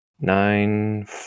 nine